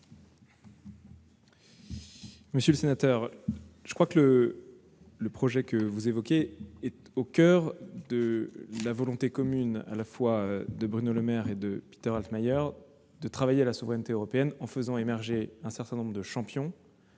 M. le secrétaire d'État. Le projet que vous évoquez est au coeur de la volonté commune de Bruno Le Maire et de Peter Altmaier de travailler à la souveraineté européenne en faisant émerger un certain nombre de champions